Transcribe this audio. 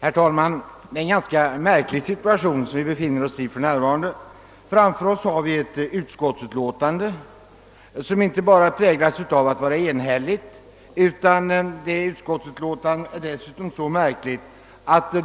Herr talman! Vi befinner oss i en ganska märklig situation. Framför oss har vi ett utskottsutlåtande som inte bara präglas av att det är enhälligt utan också därav att önskemålen i